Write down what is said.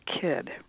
kid